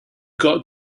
got